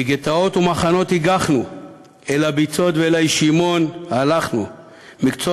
// מגטאות ומחנות הגחנו / אל הביצות ואל הישימון הלכנו / מקצות